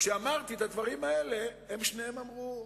כשאמרתי את הדברים האלה, שניהם אמרו ככה,